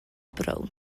brown